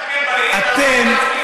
אתם,